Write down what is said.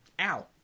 ow